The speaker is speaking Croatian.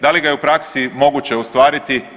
Da li ga je u praksi moguće ostvariti?